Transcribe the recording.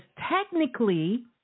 technically